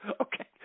okay